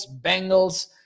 Bengals